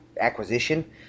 acquisition